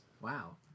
Wow